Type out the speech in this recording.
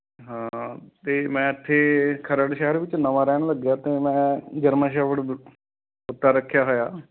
ਹਾਂ ਅਤੇ ਮੈਂ ਇੱਥੇ ਖਰੜ ਸ਼ਹਿਰ ਵਿੱਚ ਨਵਾਂ ਰਹਿਣ ਲੱਗਿਆ ਅਤੇ ਮੈਂ ਜਰਮਨ ਸ਼ੈਫਅਡ ਕੁੱਤਾ ਰੱਖਿਆ ਹੋਇਆ